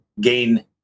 gain